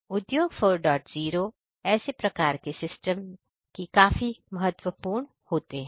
उद्योग 40 ऐसे प्रकार के सिस्टम काफी महत्वपूर्ण होते हैं